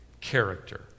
character